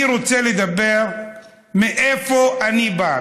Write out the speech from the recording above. אני רוצה לדבר על מאיפה אני בא,